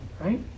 Right